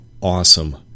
awesome